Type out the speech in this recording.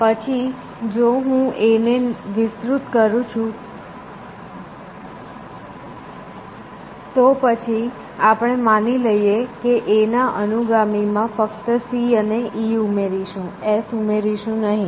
પછી જો હું A ને વિસ્તૃત કરું છું તો પછી આપણે માની લઈએ કે A ના અનુગામીમાં ફક્ત C અને E ઉમેરીશું S ઉમેરીશું નહીં